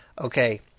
okay